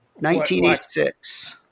1986